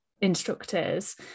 instructors